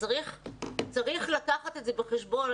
צריך לקחת את זה בחשבון.